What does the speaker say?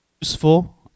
useful